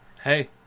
Hey